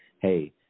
Hey